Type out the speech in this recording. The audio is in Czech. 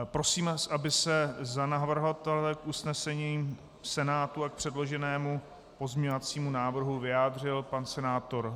Prosím, aby se za navrhovatele k usnesení Senátu a k předloženému pozměňovacímu návrhu vyjádřil pan senátor.